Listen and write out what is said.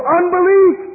unbelief